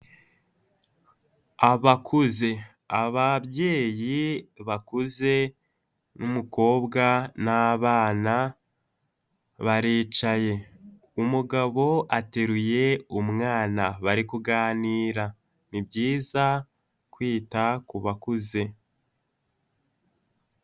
Abakuze ababyeyi bakuze n'umukobwa n'abana baricaye, umugabo ateruye umwana bari kuganira ni byiza kwita ku bakuze.